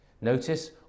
notice